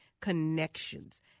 connections